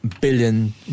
billion